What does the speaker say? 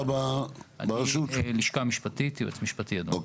אנחנו נקרא מקטעים ועליהם כל אחד יוכל לקבל זכות דיבור,